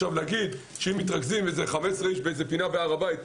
להגיד שאם מתרכזים 15 אנשים בפינה בהר הבית,